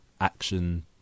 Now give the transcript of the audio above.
action